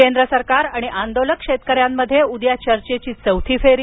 केंद्र सरकार आणि आंदोलक शेतकऱ्यांमध्ये उद्या चर्चेची चौथी फेरी